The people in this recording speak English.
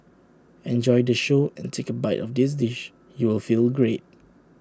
enjoy the show and take A bite of this dish you will feel great